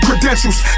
Credentials